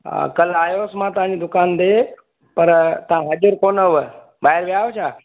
हा काल्ह आ्योहि हुउसि मां तव्हांजी दुकान ते पर तव्हां हाज़िर कोनि हुआ ॿाहिरि विया आहियो छा